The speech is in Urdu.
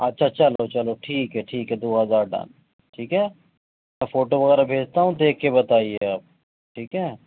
اچھا اچھا چلو چلو ٹھیک ہے ٹھیک ہے دو ہزار ڈن ٹھیک ہے اب فوٹو وغیرہ بھیجتا ہوں دیکھ کے بتائیے آپ ٹھیک ہے